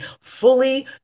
fully